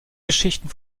geschichten